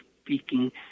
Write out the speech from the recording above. speaking